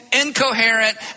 incoherent